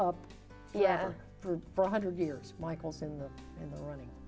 the yeah for for a hundred years michael's in the in the running